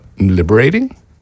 Liberating